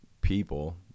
people